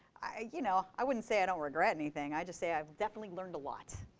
you know i wouldn't say i don't regret anything. i just say i've definitely learned a lot.